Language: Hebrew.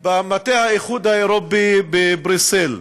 במטה האיחוד האירופי בבריסל.